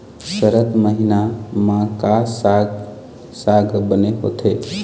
सरद महीना म का साक साग बने होथे?